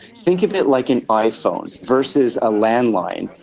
think of it like an iphone versus a landline.